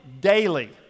daily